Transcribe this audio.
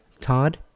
Todd